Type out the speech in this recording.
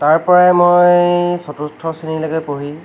তাৰপৰাই মই চতুৰ্থ শ্ৰেণীলৈকে পঢ়ি